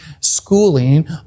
schooling